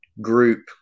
group